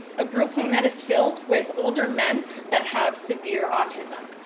a group home that is filled with older men that have severe autism.